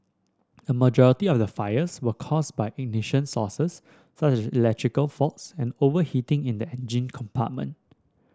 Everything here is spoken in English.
a majority of the fires were caused by ignition sources such as electrical faults and overheating in the engine compartment